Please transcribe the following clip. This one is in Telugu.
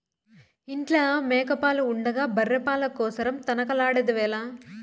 ఇంట్ల మేక పాలు ఉండగా బర్రె పాల కోసరం తనకలాడెదవేల